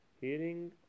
Hearing